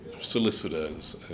solicitors